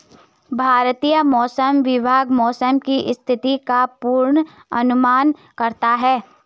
भारतीय मौसम विभाग मौसम की स्थिति का पूर्वानुमान करता है